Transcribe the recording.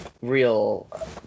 real